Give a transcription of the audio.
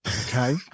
Okay